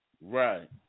Right